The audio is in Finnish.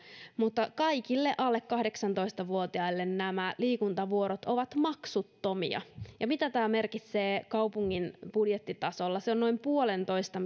kaikille alle kahdeksantoista vuotiaille liikuntavuorot ovat maksuttomia ja mitä tämä merkitsee kaupungin budjettitasolla se on noin puolentoista